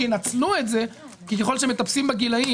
שינצלו את זה כי ככל שמטפסים בגילים,